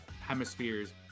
hemispheres